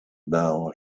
now